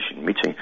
meeting